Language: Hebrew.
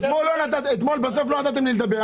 אתמול לא נתתם לי לדבר,